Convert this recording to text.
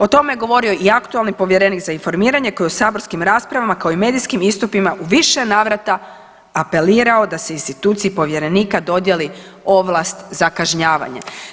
O tome je govorio i aktualni povjerenik za informiranje koji je u saborskim raspravama kao i medijskim istupima u više navrata apelirao da se instituciji povjerenika dodjeli ovlast za kažnjavanje.